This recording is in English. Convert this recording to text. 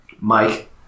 Mike